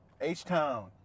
H-Town